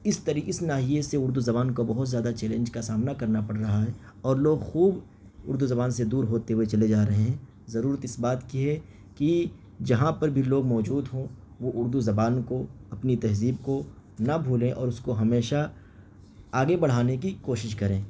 اس طرح اس ناحیے سے اردو زبان کا بہت زیادہ چیلنج کا سامنا کرنا پڑ رہا ہے اور لوگ خوب اُردو زبان سے دور ہوتے ہوئے چلے جا رہے ہیں ضرورت اس بات کی ہے کہ جہاں پر بھی لوگ موجود ہوں وہ اُردو زبان کو اپنی تہذیب کو نا بھولیں اور اس کو ہمیشہ آگے بڑھانے کی کوشش کریں